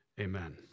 Amen